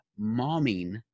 momming